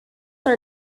are